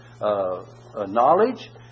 knowledge